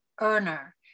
earner